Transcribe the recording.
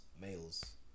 males